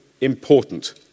important